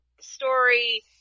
story